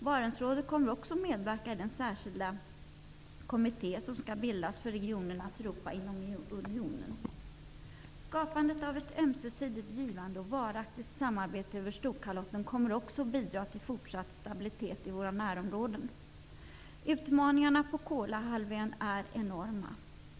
Barentsrådet kommer också att medverka i den särskilda kommitté som skall bildas för regionernas Europa inom unionen. Skapandet av ett ömsesidigt givande och ett varaktigt samarbete över Storkalotten kommer också att bidra till fortsatt stabilitet i våra närområden. Utmaningarna på Kolahalvön är enorma.